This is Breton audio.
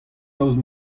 daoust